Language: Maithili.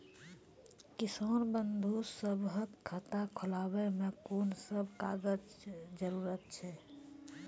किसान बंधु सभहक खाता खोलाबै मे कून सभ कागजक जरूरत छै?